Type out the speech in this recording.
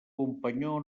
companyó